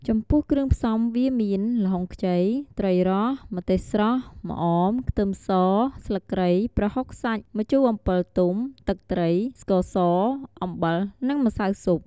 ចំពោះគ្រឿងផ្សំវាមាន ល្ហុងខ្ចី ត្រីរស់ ម្ទេសស្រស់ ម្អម ខ្ទឹមស ស្លឹកគ្រៃ ប្រហុកសាច់ ម្ជួអម្ពិលទុំ ទឹកត្រី ស្ករស អំបិល និងម្សៅស៊ុប។